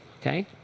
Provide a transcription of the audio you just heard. Okay